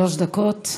שלוש דקות.